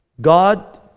God